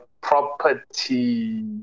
property